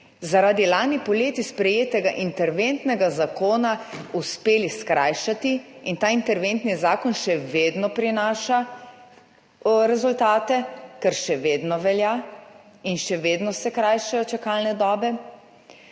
zaradi lani poleti sprejetega interventnega zakona uspeli skrajšati, in ta interventni zakon še vedno prinaša rezultate, ker še vedno velja, in še vedno se krajšajo čakalne dobe.